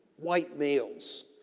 white males,